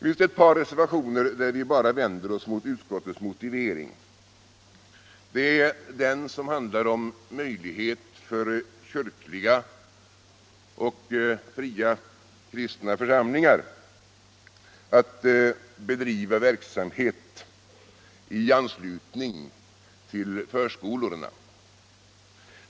I ett par reservationer vänder vi oss mot utskottets motivering. Den ena gäller möjligheten för kyrkliga och fria kristna församlingar att bedriva verksamhet i anslutning till förskolorna.